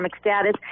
status